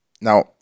now